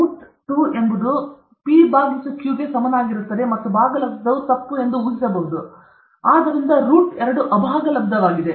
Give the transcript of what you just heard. root 2 ಎಂಬುದು p by q ಗೆ ಸಮನಾಗಿರುತ್ತದೆ ಮತ್ತು ಭಾಗಲಬ್ಧವು ತಪ್ಪು ಎಂದು ಊಹಿಸಬಹುದು ಆದ್ದರಿಂದ ರೂಟ್ 2 ಅಭಾಗಲಬ್ಧವಾಗಿದೆ